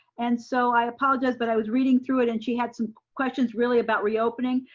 and so i apologize but i was reading through it and she had some questions really about reopening.